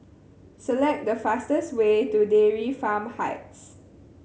select the fastest way to Dairy Farm Heights